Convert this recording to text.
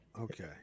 okay